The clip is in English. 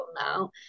now